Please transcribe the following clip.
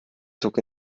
zog